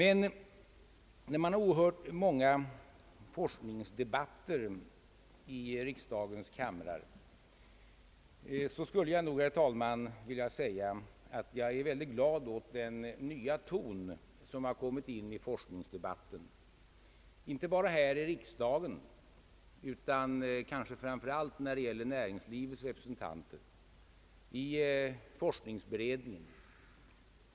Efter att ha åhört många forskningsdebatter i riksdagens kamrar vill jag dock framhålla, att jag är mycket glad åt den nya ton som har kommit in i forskningsdebatten, inte bara här i riksdagen utan kanske framför allt bland näringslivets representanter i forskningsberedningen.